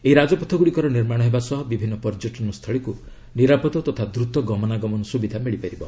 ଏହି ରାଜପଥଗୁଡ଼ିକର ନିର୍ମାଣ ହେବା ସହ ବିଭିନ୍ନ ପର୍ଯ୍ୟଟନ ସ୍ଥଳୀକୁ ନିରାପଦ ତଥା ଦ୍ରତ ଗମନାଗମନ ସୁବିଧା ମିଳିପାରିବ